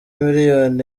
miliyoni